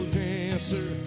dancer